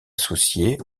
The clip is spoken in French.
associé